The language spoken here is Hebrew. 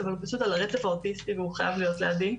אבל הוא פשוט על הרצף האוטיסטי והוא חייב להיות לידי.